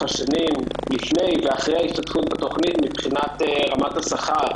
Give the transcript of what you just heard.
השנים לפני ואחרי ההשתתפות בתוכנית מבחינת רמת השכר.